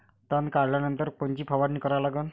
तन काढल्यानंतर कोनची फवारणी करा लागन?